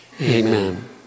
amen